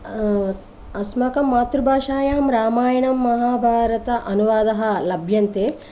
अस्माकं मातृभाषायां रामायणं महाभारत अनुवादः लभ्यन्ते